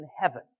heaven